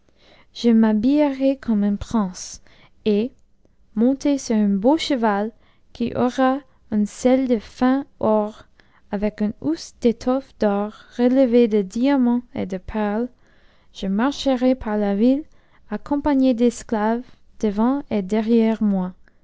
je m'habillerai comme un prince et monté sur un beau cheval qui aura une selle de fin or avec une housse d'étosë d'or relevée de diamants et de perles je marcherai par la ville accompagné d'esclaves devant et derrière moi